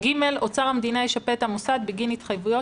אוצר המדינה ישפה את המוסד בגין התחייבויות